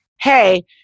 hey